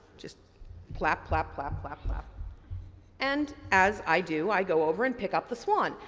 just plap, plap, plap, plap, plap and as i do, i go over and pick up the swan.